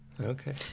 Okay